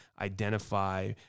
identify